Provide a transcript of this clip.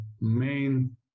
main